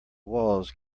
walls